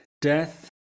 death